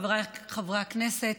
חבריי חברי הכנסת,